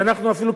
ואנחנו אפילו,